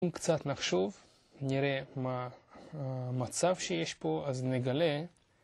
קצת נחשוב נראה מה מצב שיש פה אז נגלה